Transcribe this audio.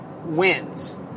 wins